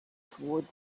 toward